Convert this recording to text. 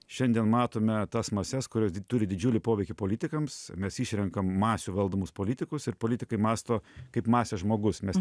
šiandien matome tas mases kurios di turi didžiulį poveikį politikams mes išrenkam masių valdomus politikus ir politikai mąsto kaip masės žmogus mes